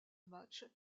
matchs